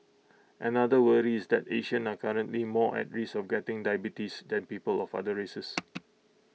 another worry is that Asians are currently more at risk of getting diabetes than people of other races